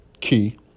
Key